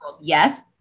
Yes